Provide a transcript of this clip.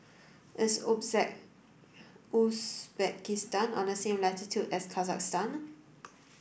is Uzbekistan on the same latitude as Kazakhstan